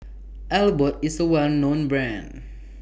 Abbott IS A Well known Brand